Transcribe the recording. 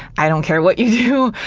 i don't care what you do.